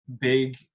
big